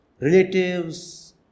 relatives